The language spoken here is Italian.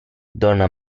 donna